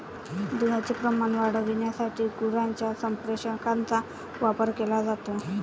दुधाचे प्रमाण वाढविण्यासाठी गुरांच्या संप्रेरकांचा वापर केला जातो